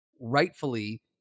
rightfully